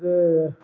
ଯେ